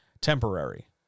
Temporary